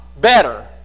better